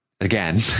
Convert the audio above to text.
again